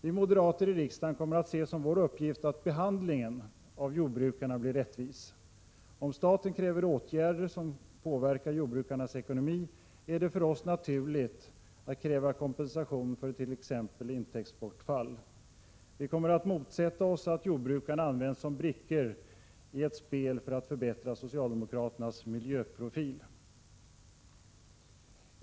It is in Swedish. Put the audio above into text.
Vi moderater i riksdagen kommer att se som vår uppgift att behandlingen av jordbrukarna blir rättvis. Om staten kräver åtgärder som påverkar jordbrukarnas ekonomi, är det för oss naturligt att kräva kompensation för t.ex. intäktsbortfall. Vi kommer att motsätta oss att jordbrukarna används som brickor i ett spel för att förbättra socialdemokraternas miljöprofil.